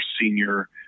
senior